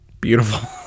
Beautiful